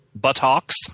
buttocks